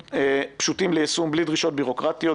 פשוטים ליישום ובלי דרישות בירוקרטיות.